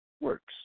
works